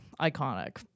iconic